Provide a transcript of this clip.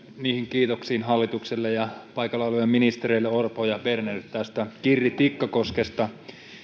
kiitoksiin hallitukselle ja paikalla oleville ministereille orpo ja berner tästä kirri tikkakoskesta